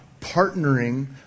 partnering